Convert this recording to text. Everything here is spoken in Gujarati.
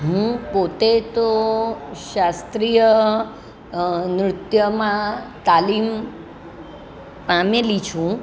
હું પોતે તો શાસ્ત્રીય નૃત્યમાં તાલીમ પામેલી છું